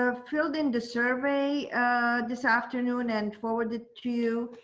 ah filled in the survey this afternoon and forward it to you.